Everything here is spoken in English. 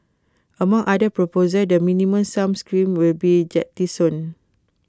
among other proposals the minimum sum scheme will be jettisoned